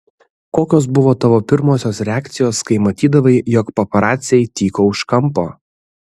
kokios buvo tavo pirmosios reakcijos kai matydavai jog paparaciai tyko už kampo